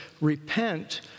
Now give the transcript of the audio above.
repent